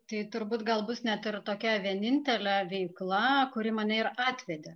tai turbūt gal bus net ir tokia vienintelė veikla kuri mane ir atvedė